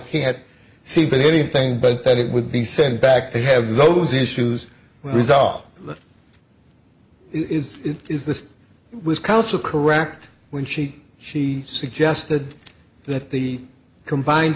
can't see that anything but that it would be sent back to have those issues resolved is it is this was counsel correct when she she suggested that the combined